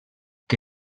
que